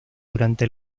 durante